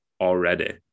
already